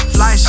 Fly